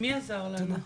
מי שכן עזר לנו,